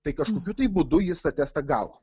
tai kažkokiu tai būdu jis tą testą gavo